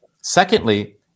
Secondly